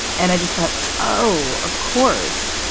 and i just thought, oh, of course.